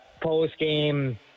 post-game